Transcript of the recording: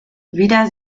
wieder